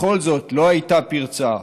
בכל זאת לא הייתה פרצה.